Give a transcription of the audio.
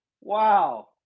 wow